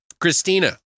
christina